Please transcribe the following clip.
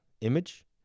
image